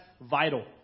vital